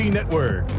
Network